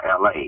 LA